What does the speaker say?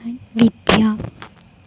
and Nithya